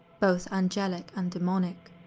both angelic and demonic,